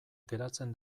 geratzen